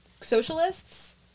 socialists